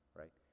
right